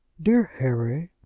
dear harry,